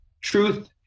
truth